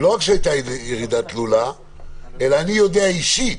ולא רק שהייתה ירידה תלולה אלא אני יודע אישית,